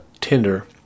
Tinder